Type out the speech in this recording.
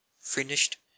finished